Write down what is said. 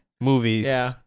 movies